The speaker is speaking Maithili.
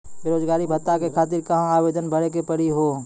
बेरोजगारी भत्ता के खातिर कहां आवेदन भरे के पड़ी हो?